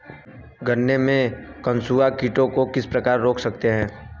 गन्ने में कंसुआ कीटों को किस प्रकार रोक सकते हैं?